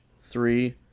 Three